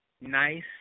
nice